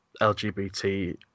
LGBT